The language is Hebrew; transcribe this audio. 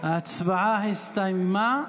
ההצבעה הסתיימה.